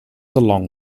along